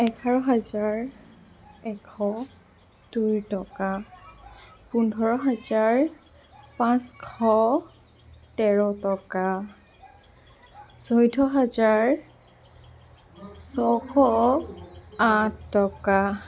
এঘাৰ হাজাৰ এশ দুই টকা পোন্ধৰ হাজাৰ পাঁচশ তেৰ টকা চৈধ্য হাজাৰ ছয়শ আঠ টকা